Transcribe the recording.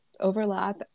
Overlap